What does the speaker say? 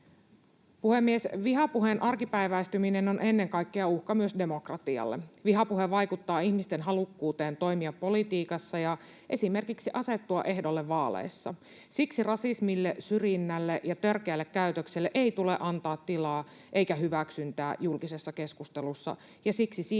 Puhemies! Vihapuheen arkipäiväistyminen on uhka ennen kaikkea myös demokratialle. Vihapuhe vaikuttaa ihmisten halukkuuteen toimia politiikassa ja esimerkiksi asettua ehdolle vaaleissa. Siksi rasismille, syrjinnälle ja törkeälle käytökselle ei tule antaa tilaa eikä hyväksyntää julkisessa keskustelussa,